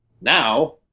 now